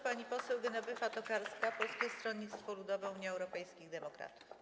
Pani poseł Genowefa Tokarska, Polskie Stronnictwo Ludowe - Unia Europejskich Demokratów.